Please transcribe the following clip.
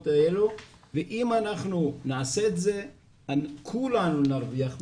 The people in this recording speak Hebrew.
האלו ואם אנחנו נעשה את זה כולנו נרוויח מזה,